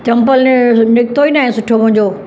चम्पलु निकितो ई न आहे सुठो मुंहिंजो